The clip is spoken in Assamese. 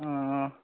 অঁ অঁ